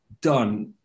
done